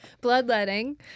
bloodletting